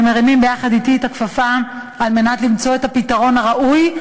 שמרימים יחד אתי את הכפפה כדי למצוא את הפתרון הראוי,